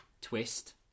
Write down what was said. twist